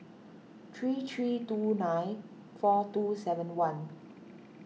three three two nine four two seven one